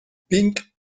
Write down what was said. pink